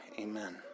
amen